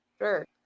sure